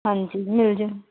ਹਾਂਜੀ ਮਿਲਜੂ